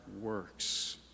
works